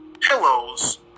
pillows